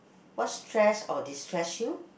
what stress or destress you